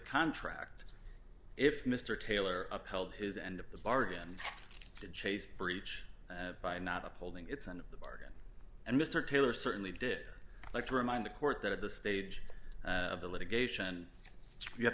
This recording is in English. contract if mr taylor upheld his end of the bargain did chase breach by not upholding its end of the bargain and mr taylor certainly did like to remind the court that at the stage of the litigation you have